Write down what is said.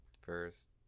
first